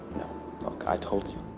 look i told you,